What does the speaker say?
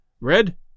Red